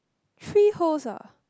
three holes ah